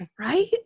Right